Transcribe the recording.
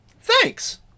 Thanks